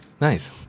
Nice